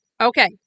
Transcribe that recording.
Okay